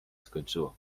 skończyło